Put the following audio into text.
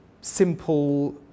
simple